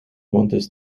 montes